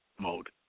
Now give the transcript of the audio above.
mode